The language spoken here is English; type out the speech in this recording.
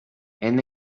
and